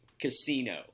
casino